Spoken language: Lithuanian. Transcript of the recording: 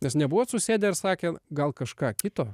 nes nebuvot susėdę ir sakę gal kažką kito